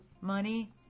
money